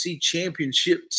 championship